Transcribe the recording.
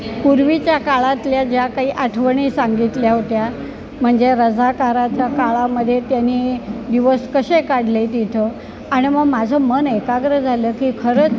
पूर्वीच्या काळातल्या ज्या काही आठवणी सांगितल्या होत्या म्हणजे रझाकाराच्या काळामध्ये त्यांनी दिवस कसे काढले तिथं आणि मग माझं मन एकाग्र झालं की खरंच